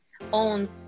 owns